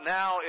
now